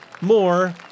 more